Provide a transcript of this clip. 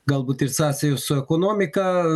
galbūt ir sąsajų su ekonomika